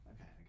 Okay